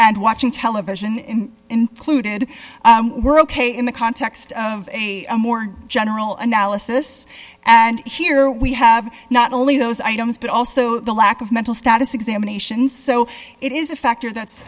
and watching television and included were ok in the context of a more general analysis and here we have not only those items but also the lack of mental status examination so it is a factor that's